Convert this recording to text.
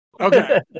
Okay